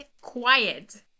quiet